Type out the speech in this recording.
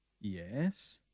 Yes